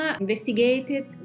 investigated